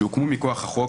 שהוקמו מכוח החוק,